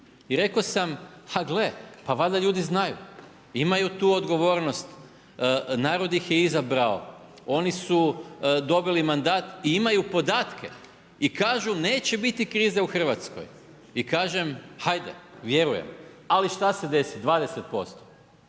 I rekao sa, ha gle, pa valjda ljudi znaju. Imaju tu odgovornost, narod ih je izabrao, oni su dobili mandat i imaju podatke. I kažu neće biti krize u Hrvatskoj. I kažem, hajde, vjerujem. Ali šta se desi 20%,